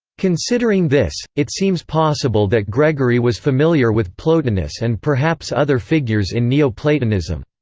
considering this, it seems possible that gregory was familiar with plotinus and perhaps other figures in neoplatonism.